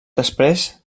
després